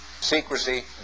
Secrecy